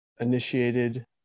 initiated